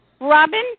Robin